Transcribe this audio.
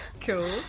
Cool